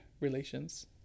relations